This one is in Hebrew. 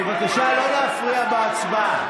בבקשה לא להפריע בהצבעה.